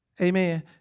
Amen